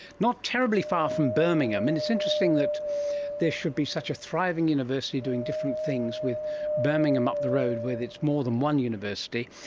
not terribly far from birmingham, and it's interesting that there should be such a thriving university doing different things with birmingham up the road with its more than one university.